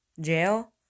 jail